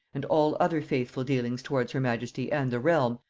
and all other faithful dealings towards her majesty and the realm,